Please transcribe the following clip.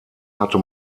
hatte